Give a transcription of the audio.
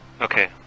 Okay